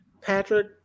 Patrick